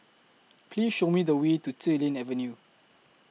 Please Show Me The Way to Xilin Avenue